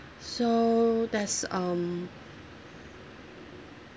so that's um